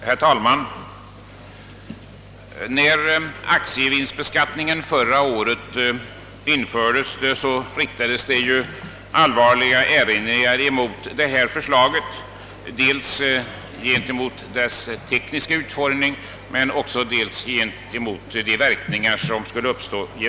Herr talman! När aktievinstbeskattningen förra året infördes riktades allvarliga erinringar dels mot dess tekniska utformning, dels mot de verkningar som kunde uppstå.